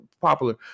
popular